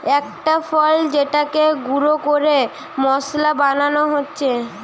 একটা ফল যেটাকে গুঁড়ো করে মশলা বানানো হচ্ছে